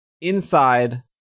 inside